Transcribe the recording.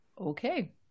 Okay